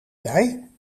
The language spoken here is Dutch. jij